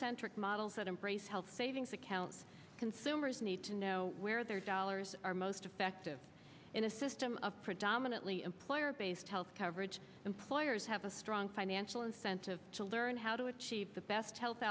centric models that embrace health savings accounts consumers need to know where their dollars are most effective in a system of predominantly employer based health coverage employers have a strong financial incentive to learn how to achieve the best health